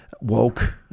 woke